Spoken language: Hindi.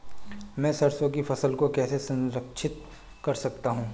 मैं सरसों की फसल को कैसे संरक्षित कर सकता हूँ?